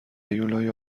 هیولای